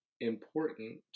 important